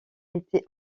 été